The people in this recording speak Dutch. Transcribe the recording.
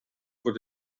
voor